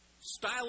style